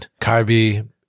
carby